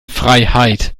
freiheit